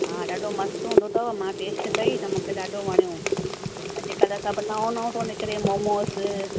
हा ॾाढो मस्तु हूंदो अथव मां टेस्ट कई त मूंखे ॾाढो वणियो अॼकल्ह सभु नओं नओं थो निकिरे मोमोस